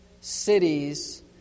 cities